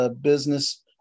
business